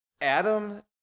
Adam